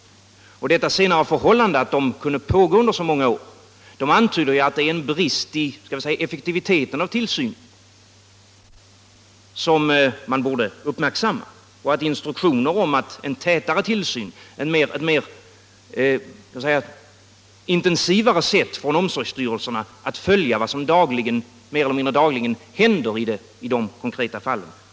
Och den omständigheten att förhållandena kunde få råda så många år antyder en brist i effektiviteten av tillsynen som bör uppmärksammas. Det vore därför motiverat med instruktioner om en tätare tillsyn, ett intensivare sätt från omsorgsstyrelserna att följa vad som mer eller mindre dagligen händer i de konkreta fallen.